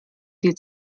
die